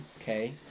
Okay